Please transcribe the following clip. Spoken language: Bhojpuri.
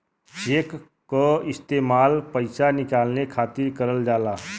चेक क इस्तेमाल पइसा निकाले खातिर करल जाला